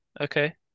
Okay